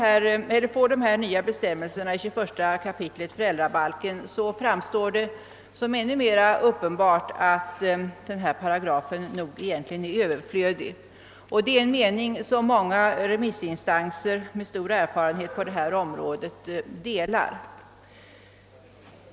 När vi nu får de nya bestämmelserna i 21 kap. föräldrabalken framstår det som ännu mera uppenbart att 50 § egentligen är överflödig. Det är en mening som många remissinstanser med stor erfarenhet på detta område delar.